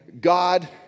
god